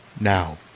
Now